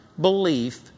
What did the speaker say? Belief